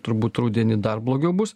turbūt rudenį dar blogiau bus